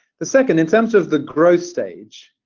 the second, in terms of the growth stage,